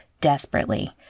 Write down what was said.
desperately